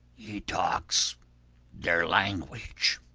he talks their language,